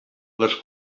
les